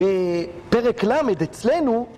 פרק למד אצלנו